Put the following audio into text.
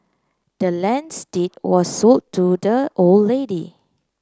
the land's deed were sold to the old lady